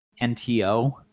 NTO